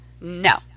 no